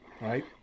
right